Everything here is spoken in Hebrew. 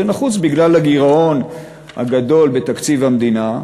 זה נחוץ בגלל הגירעון הגדול בתקציב המדינה.